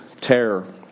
terror